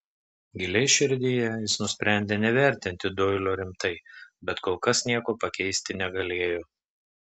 giliai širdyje jis nusprendė nevertinti doilio rimtai bet kol kas nieko pakeisti negalėjo